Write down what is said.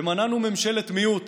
ומנענו ממשלת מיעוט